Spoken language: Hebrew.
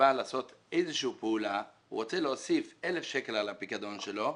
שבא לעשות איזושהי פעולה ורוצה להוסיף אלף שקל על הפיקדון שלו,